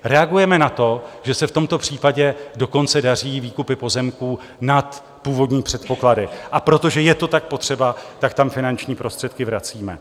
Reagujeme na to, že se v tomto případě dokonce daří výkupy pozemků nad původní předpoklady, a protože je to tak potřeba, tak tam finanční prostředky vracíme.